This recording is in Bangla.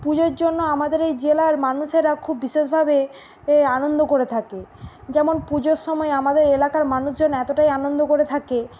পুজোর জন্য আমাদের এই জেলার মানুষেরা খুব বিশেষভাবে এ আনন্দ করে থাকে যেমন পুজোর সময় আমাদের এলাকার মানুষজন এতটাই আনন্দ করে থাকে